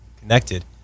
connected